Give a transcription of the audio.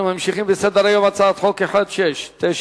אנחנו ממשיכים בסדר-היום: הצעת חוק פ/1697,